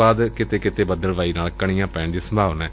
ਬਾਅਦ ਕਿਤੇ ਕਿਤੇ ਬਦਲਵਾਈ ਨਾਲ ਕਣੀਆਂ ਪੈਣ ਦੀ ਸੰਭਾਵਨਾ ਏ